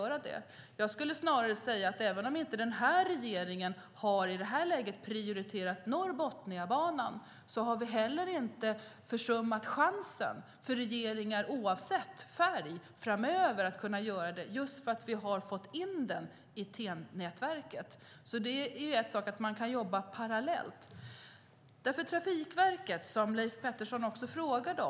Även om inte den här regeringen i det här läget har prioriterat Norrbotniabanan har vi inte heller försummat chansen för regeringar, oavsett färg, framöver, just för att Botniabanan har tagits med i TEN-T-nätverket. Man kan jobba parallellt. Leif Pettersson ställde en fråga om Trafikverket.